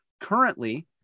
currently